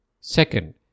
Second